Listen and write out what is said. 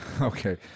Okay